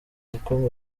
ubukungu